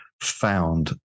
found